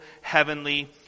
heavenly